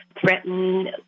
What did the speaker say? threaten